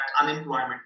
unemployment